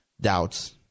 doubts